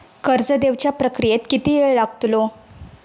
कर्ज देवच्या प्रक्रियेत किती येळ लागतलो?